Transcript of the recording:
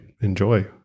enjoy